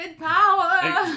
power